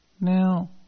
Now